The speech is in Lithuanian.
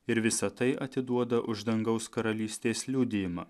ir visa tai atiduoda už dangaus karalystės liudijimą